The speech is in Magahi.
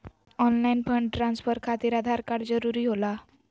ऑनलाइन फंड ट्रांसफर खातिर आधार कार्ड जरूरी होला?